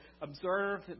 observe